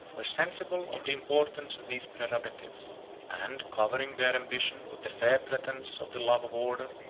were sensible of the importance of these prerogatives and covering their ambition with the fair pretence of the love of order,